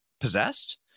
possessed